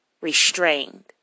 restrained